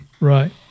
Right